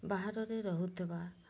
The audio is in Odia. ବାହାରରେ ରହୁ ଥିବା